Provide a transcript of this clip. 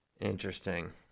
Interesting